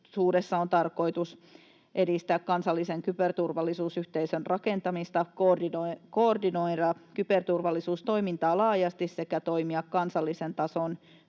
tarkoitus edistää kansallisen kyberturvallisuusyhteisön rakentamista, koordinoida kyberturvallisuustoimintaa laajasti sekä toimia kansallisen tason